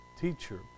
teacher